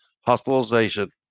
hospitalization